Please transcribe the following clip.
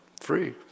free